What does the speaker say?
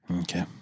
Okay